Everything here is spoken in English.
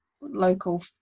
local